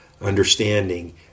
understanding